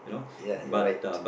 ya you're right